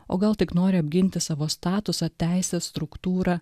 o gal tik nori apginti savo statusą teisę struktūrą